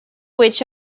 which